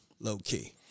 low-key